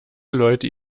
leute